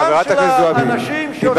חברת הכנסת זועבי,